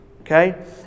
Okay